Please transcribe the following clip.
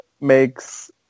makes